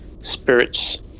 spirits